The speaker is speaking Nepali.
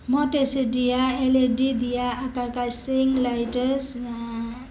म टेसिडिया एलइडी दिया आकारका स्ट्रिङ लाइटर्स